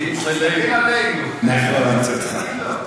הבנתי אותך.